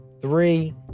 Three